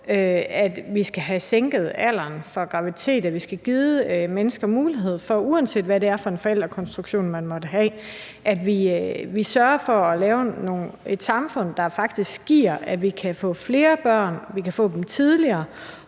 at vi skal have sænket alderen for graviditet, at vi skal have givet mennesker mulighed for – uanset hvad det er for forældrekonstruktion, man måtte have – at vi sørger for at lave et samfund, der faktisk gør, at man kan få flere børn, og at man kan få dem tidligere,